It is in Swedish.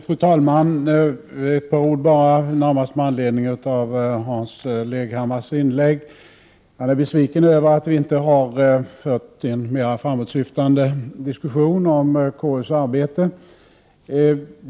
Fru talman! Ett par ord med anledning av Hans Leghammars inlägg. Hans Leghammar är besviken över att vi inte har fört en mer framåtsyftande diskussion om konstitutionsutskottets arbete.